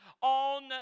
on